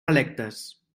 electes